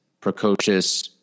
precocious